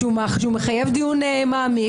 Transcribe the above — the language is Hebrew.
שהוא מחייב דיון מעמיק,